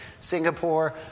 Singapore